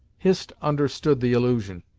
hist understood the allusion,